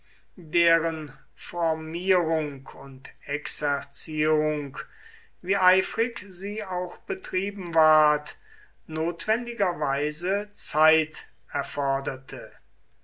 deren formierung und exerzierung wie eifrig sie auch betrieben ward notwendigerweise zeit erforderte